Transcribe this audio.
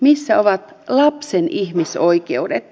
missä ovat lapsen ihmisoikeudet